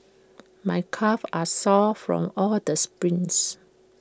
my calves are sore from all the sprints